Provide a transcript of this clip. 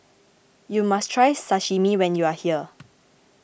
you must try Sashimi when you are here